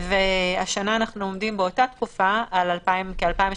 והשנה אנחנו עומדים באותה תקופה על כ-2,800.